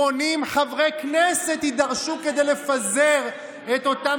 80 חברי כנסת יידרשו כדי לפזר את אותם